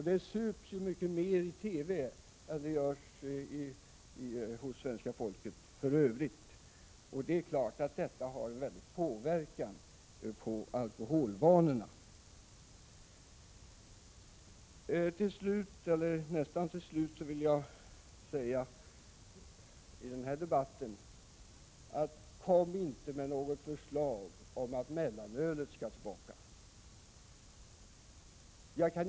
Det sups mycket mer i TV än hemma hos svenska folket. Det är klart att dessa TV-inslag mycket starkt påverkar alkoholvanorna. Vidare vill jag säga i den här debatten: Kom inte med något förslag om att mellanölet skall återkomma!